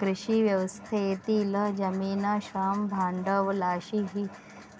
कृषी व्यवस्थेतील जमीन, श्रम, भांडवलशाही